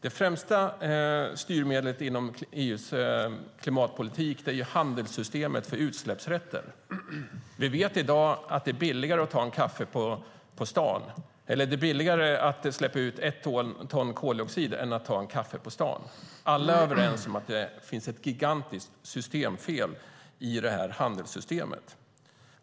Det främsta styrmedlet inom EU:s klimatpolitik är ju handelssystemet för utsläppsrätter. Vi vet i dag att det är billigare att släppa ut ett ton koldioxid än att ta en kaffe på stan. Alla är överens om att det finns ett gigantiskt systemfel i det här handelssystemet.